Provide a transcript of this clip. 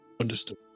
Understood